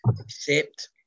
accept